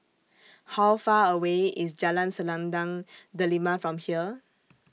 How Far away IS Jalan Selendang Delima from here